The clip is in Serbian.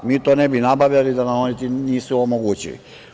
Mi to ne bi nabavljali da nam oni nisu omogućili.